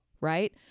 Right